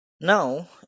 Now